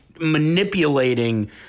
manipulating